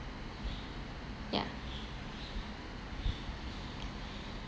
ya